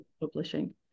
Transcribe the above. publishing